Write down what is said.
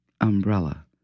Umbrella